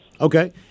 Okay